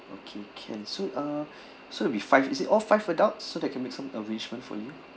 okay can so uh so with five is it all five adults so that we can make some arrangement for you